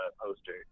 poster